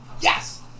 YES